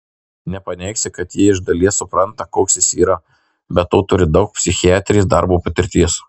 nepaneigsi kad ji iš dalies supranta koks jis yra be to turi daug psichiatrės darbo patirties